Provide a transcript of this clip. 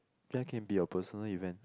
that can be your personal event